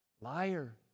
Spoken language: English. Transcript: liar